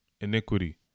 iniquity